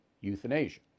euthanasia